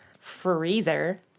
freezer